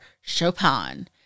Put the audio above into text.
Chopin